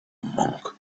monk